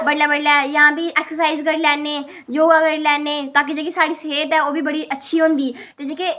बड्डलै बड्डलै जां फ्ही एक्सरसाइज़ करी लैन्ने योगा करी लैने ताकि जेह्ड़ी साढ़ी सेह्त ऐ ओह् बी बड़ी अच्छी होंदी ते जेह्के